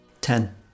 Ten